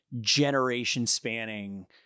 generation-spanning